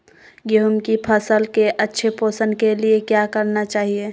गेंहू की फसल के अच्छे पोषण के लिए क्या करना चाहिए?